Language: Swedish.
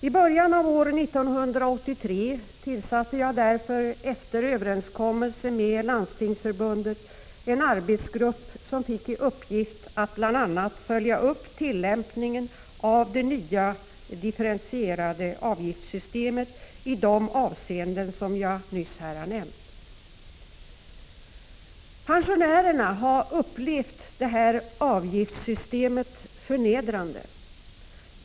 I början av år 1983 tillsatte jag därför efter överenskommelse med Landstingsförbundet en arbetsgrupp som fick i uppgift att bl.a. följa upp tillämpningen av det nya systemet med differentierade avgifter i de avseenden som jag nyss nämnt. Pensionärerna har upplevt avgiftssystemet som förnedrande.